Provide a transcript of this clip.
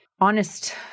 honest